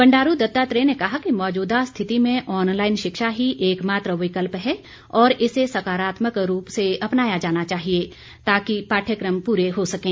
बंडारू दत्तत्रेय ने कहा कि मौजूदा स्थिति में ऑनलाइन शिक्षा ही एकमात्र विकल्प है और इसे सकारात्मक रूप से अपनाया जाना चाहिए ताकि पाठ्यक्रम पूरे हो सकें